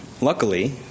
luckily